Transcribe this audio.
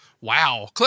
Wow